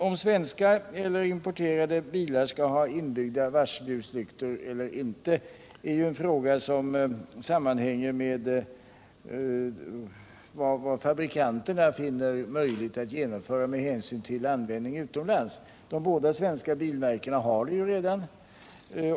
Om svenska eller importerade bilar skall ha inbyggda varselljuslyktor eller inte är en fråga som sammanhänger med vad fabrikanterna finner möjligt att genomföra med hänsyn till användningen utomlands. De båda svenska bilmärkena har det redan.